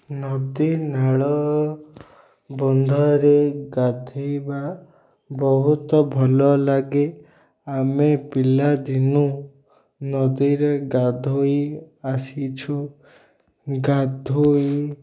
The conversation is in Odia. ନଦୀନାଳ ବନ୍ଧରେ ଗାଧେଇବା ବହୁତ ଭଲ ଲାଗେ ଆମେ ପିଲାଦିନୁ ନଦୀରେ ଗାଧୋଇ ଆସିଛୁ ଗାଧୋଇ